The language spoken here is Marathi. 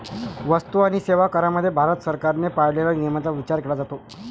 वस्तू आणि सेवा करामध्ये भारत सरकारने पाळलेल्या नियमांचा विचार केला जातो